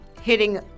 hitting